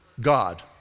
God